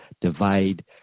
divide